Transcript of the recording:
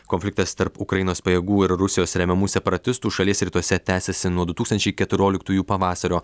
konfliktas tarp ukrainos pajėgų ir rusijos remiamų separatistų šalies rytuose tęsiasi nuo du tūkstančiai keturioliktųjų pavasario